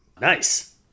Nice